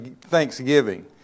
thanksgiving